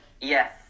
Yes